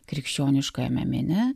krikščioniškajame mene